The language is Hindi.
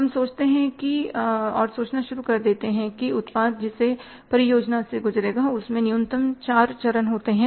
हम सोचते हैं सोचना शुरु कर देते हैं कि उत्पाद जिस परियोजना से गुजरेगा उसमें न्यूनतम चार चरण होंगे